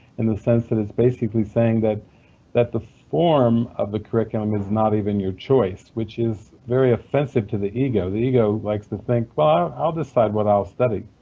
in the sense that it's basically saying that that the form of the curriculum is not even your choice, which is very offensive to the ego. the ego likes to think, well i'll decide what i'll study.